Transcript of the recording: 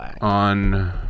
On